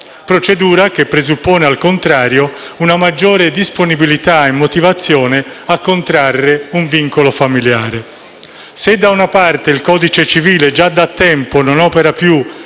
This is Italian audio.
procedura presuppone, al contrario, una maggiore disponibilità e motivazione a contrarre un vincolo familiare. Se, da una parte, il codice civile già da tempo non opera più